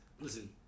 listen